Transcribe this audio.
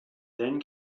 then